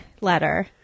letter